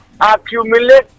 accumulate